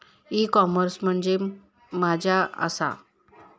E commerce म्हणजे मझ्या आसा?